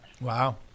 Wow